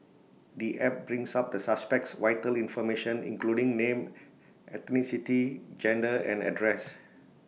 the app brings up the suspect's vital information including name ethnicity gender and address